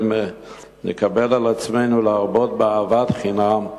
נקבל על עצמנו להרבות באהבת חינם,